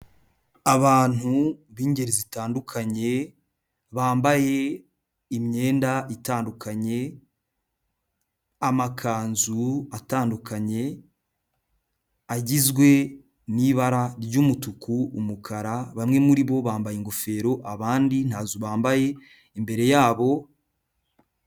Abantu b'ingeri zitandukanye, bambaye imyenda itandukanye, amakanzu atandukanye, agizwe n'ibara ry'umutuku, umukara, bamwe muri bo bambaye ingofero abandi ntazo bambaye, imbere yabo...